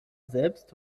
selbst